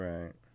Right